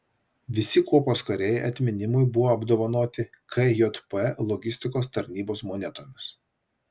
visi kuopos kariai atminimui buvo apdovanoti kjp logistikos tarnybos monetomis